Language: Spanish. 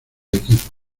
equipo